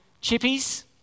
chippies